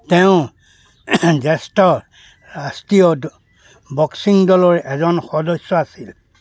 তেওঁ জ্যেষ্ঠ ৰাষ্ট্ৰীয় বক্সিং দলৰ এজন সদস্য আছিল